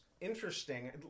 interesting